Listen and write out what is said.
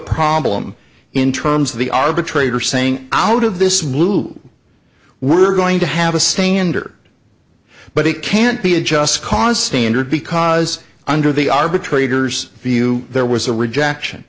problem in terms of the arbitrator saying out of this blue we're going to have a standard but it can't be a just cause standard because under the arbitrators view there was a rejection